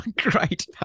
great